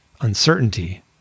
uncertainty